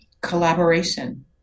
collaboration